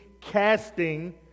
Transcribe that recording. casting